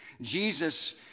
Jesus